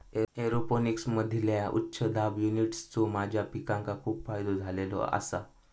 एरोपोनिक्समधील्या उच्च दाब युनिट्सचो माझ्या पिकांका खूप फायदो झालेलो आसा